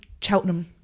Cheltenham